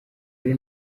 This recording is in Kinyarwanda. ari